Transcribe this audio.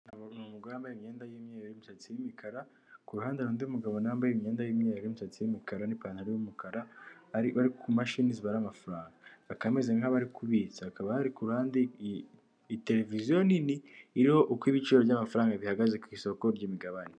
Ni umugore yambaye imyenda y'umweruru w'imisatsi y'imikara kuruhande rundi mugabo wambaye imyenda y'umweru imusatsi y'umukara n''ipantaro yumukara ari kumashini zibara amafaranga bakaba bameze nk'abari kubitsa hakaba hari kuruhande televiziyo nini iriho uko ibiciro by'amafaranga bihagaze ku isoko ry'imigabane.